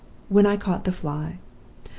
when i caught the fly.